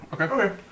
okay